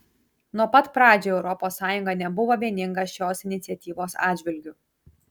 nuo pat pradžių europos sąjunga nebuvo vieninga šios iniciatyvos atžvilgiu